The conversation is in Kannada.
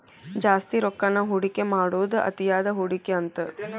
ಜಾಸ್ತಿ ರೊಕ್ಕಾನ ಹೂಡಿಕೆ ಮಾಡೋದ್ ಅತಿಯಾದ ಹೂಡಿಕೆ ಅಂತ